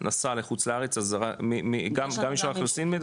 נסע לחוץ לארץ, אז גם מרשם האוכלוסין מדווח?